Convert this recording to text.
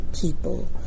people